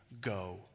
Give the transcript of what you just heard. go